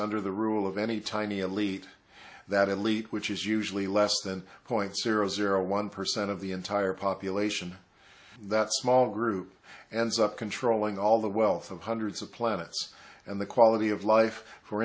under the rule of any tiny elite that elite which is usually less than zero point zero zero one percent of the entire population that small group and controlling all the wealth of hundreds of planets and the quality of life for